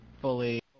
fully